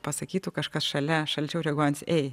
pasakytų kažkas šalia šalčiau reaguojant ei